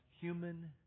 human